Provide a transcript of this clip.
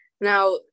now